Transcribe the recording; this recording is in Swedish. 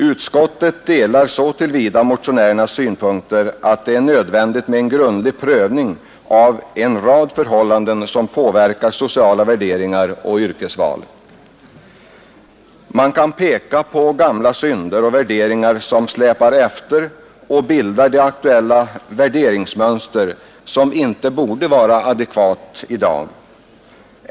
Utskottet delar så till vida motionärernas synpunkter att det är nödvändigt med en grundlig prövning av en rad förhållanden som påverkar sociala värderingar och yrkesval. Man kan peka på gamla synder och värderingar som släpar efter och bildar det aktuella värderingsmönster som inte borde vara adekvat i dag.